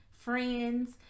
friends